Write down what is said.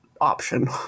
option